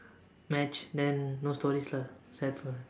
match then no stories lah sad for her